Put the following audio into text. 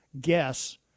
guess